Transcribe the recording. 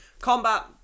combat